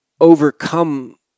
overcome